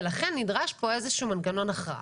ולכן נדרש פה איזה שהוא מנגנון הכרעה.